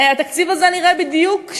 התקציב הזה נראה בדיוק,